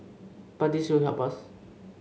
but this will help us